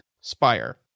spire